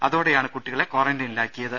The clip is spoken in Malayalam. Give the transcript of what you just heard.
അതോടെയാണ് കുട്ടികളെ ക്വാറന്റൈനിലാക്കിയത്